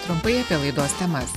trumpai apie laidos temas